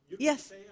Yes